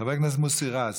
חבר הכנסת מוסי רז.